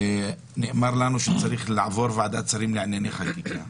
ונאמר לנו שזה צריך לעבור ועדת שרים לענייני חקיקה.